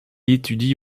étudie